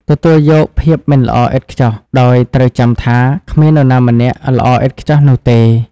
ទទួលយកភាពមិនល្អឥតខ្ចោះ ដោយត្រូវចាំថាគ្មាននរណាម្នាក់ល្អឥតខ្ចោះនោះទេ។